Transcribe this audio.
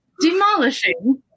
demolishing